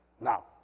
Now